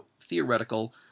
theoretical